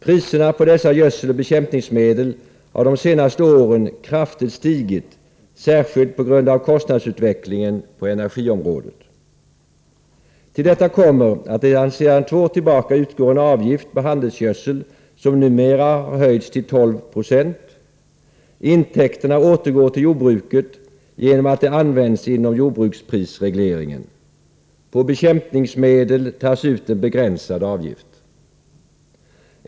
Priserna på dessa gödseloch bekämpningsmedel har de senaste åren kraftigt stigit, särskilt på grund av kostnadsutvecklingen på energiområdet. Till detta kommer att det sedan två år tillbaka utgår en avgift på handelsgödsel, som numera har höjts till 12 96. Intäkterna återgår till jordbruket genom att de används inom jordbruksprisregleringen. På bekämpningsmedel tas ut en begränsad avgift.